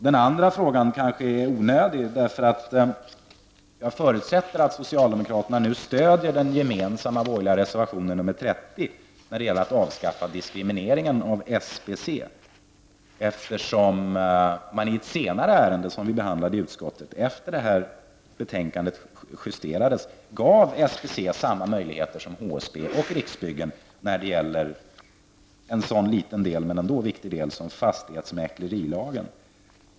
Den andra frågan kanske är onödig, därför att jag förutsätter att socialdemokraterna nu stöder den gemensamma borgerliga reservationen nr 30 när det gäller att avskaffa diskrimineringen av SBC. I ett ärende som vi har behandlat i utskottet efter det att det här betänkandet justerades har ju socialdemokraterna, som jag nämnde, gått med på att ge SBC samma möjligheter som HSB och Riksbyggen när det gäller en så liten men viktig del som fastighetsmäklerilagen.